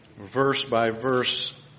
verse-by-verse